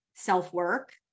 self-work